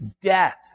death